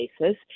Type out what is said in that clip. basis